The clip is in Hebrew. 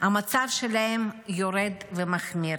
המצב שלהם יורד ומחמיר,